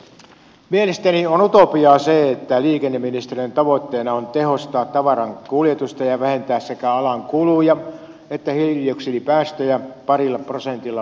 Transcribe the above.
mielestäni on utopiaa se että liikenneministeriön tavoitteena on tehostaa tavarankuljetusta ja vähentää sekä alan kuluja että hiilidioksidipäästöjä parilla prosentilla vuodessa